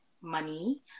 money